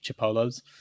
chipolos